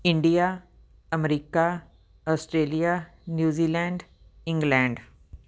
India America Australia New Zealand England